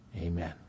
amen